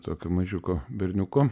tokio mažiuko berniuko